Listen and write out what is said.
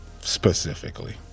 specifically